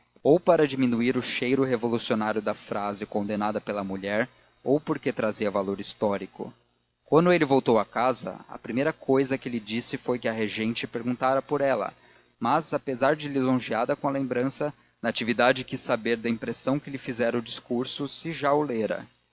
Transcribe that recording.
ou para diminuir o cheiro revolucionário da frase condenada pela mulher ou porque trazia valor histórico quando ele voltou a casa a primeira cousa que lhe disse foi que a regente perguntara por ela mas apesar de lisonjeada com a lembrança natividade quis saber da impressão que lhe fizera o discurso se já